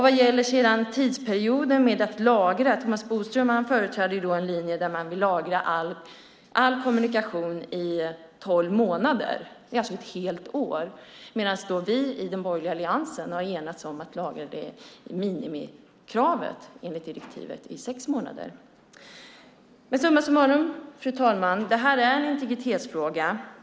Vad gäller tidsperioden för lagring företräder Thomas Bodström en linje där man vill lagra all kommunikation i tolv månader, alltså ett helt år, medan vi i den borgerliga alliansen har enats om en lagring enligt direktivets minimikrav, vilket är sex månader. Summa summarum, fru talman: Det här är en integritetsfråga.